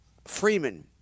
Freeman